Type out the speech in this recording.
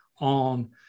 on